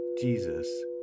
Jesus